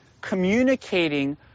communicating